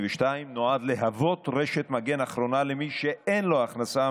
יכול להיות ראוי ואי-אפשר לבצע את